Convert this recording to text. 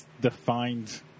defined